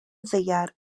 ddaear